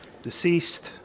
Deceased